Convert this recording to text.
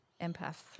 empath